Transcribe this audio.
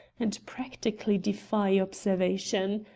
and practically defy observation.